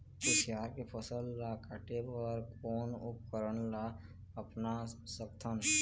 कुसियार के फसल ला काटे बर कोन उपकरण ला अपना सकथन?